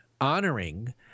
honoring